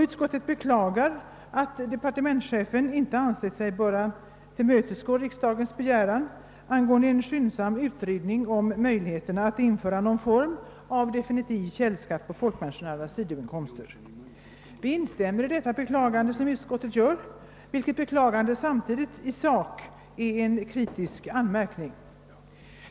Utskottet beklagar att departementschefen inte ansett sig böra tillmötesgå riksdagens begäran om en skyndsam utredning av möjligheterna att införa någon form av definitiv källskatt på folkpensionärernas sidoinkomster. Vi instämmer i det beklagande som utskottet gör, vilket beklagande samtidigt i sak är en kritisk anmärkning.